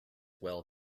well